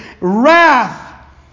wrath